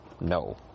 No